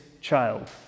child